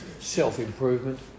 self-improvement